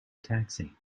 taxi